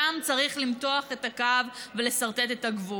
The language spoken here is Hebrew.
שם צריך למתוח את הקו ולסרטט את הגבול.